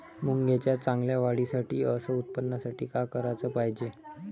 मुंगाच्या चांगल्या वाढीसाठी अस उत्पन्नासाठी का कराच पायजे?